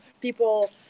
people